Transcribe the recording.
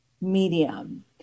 medium